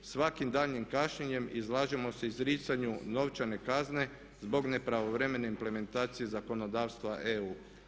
Svakim daljnjim kašnjenjem izlažemo se izricanju novčane kazne zbog nepravovremene implementacije zakonodavstva EU.